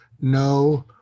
no